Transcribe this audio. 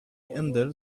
handle